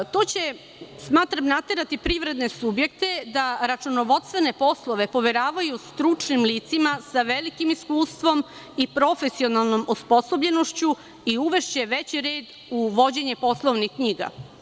Smatram da će to naterati privredne subjekte da računovodstvene poslove poveravaju stručnim licima sa velikim iskustvom i profesionalnom osposobljenošću i uvešće veći red u vođenje poslovnik knjiga.